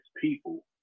people